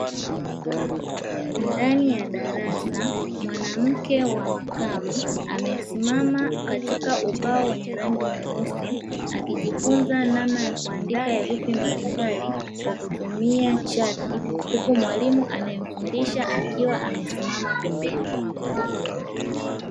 Ndani ya darasa mwanamke wa makamo amesimama katika ubao wenye rangi nyeusi akijifunza namna ya kuandika herufi mbalimbali kwa kutumia chaki, huku mwalimu anayemfundisha akiwa amesimama pembeni.